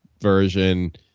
version